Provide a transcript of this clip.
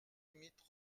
limites